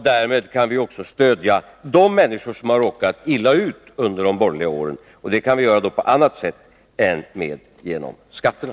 Därmed kan vi också stödja de människor som har råkat illa ut under de borgerliga åren. Det kan vi då göra på annat sätt än genom skatterna.